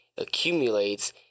accumulates